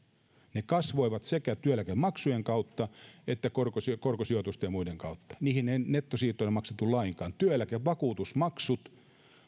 ne kasvoivat sekä työeläkemaksujen kautta että korkosijoitusten ja muiden kautta niihin ei nettosiirtoina maksettu lainkaan työeläkevakuutusmaksut